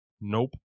Nope